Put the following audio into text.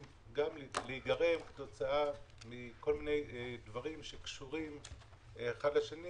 להיגרם כתוצאה מכל מיני דברים שקשורים האחד לשני